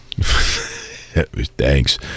thanks